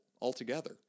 altogether